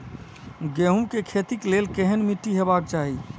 गेहूं के खेतीक लेल केहन मीट्टी हेबाक चाही?